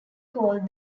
called